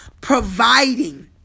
providing